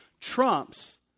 trumps